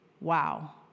wow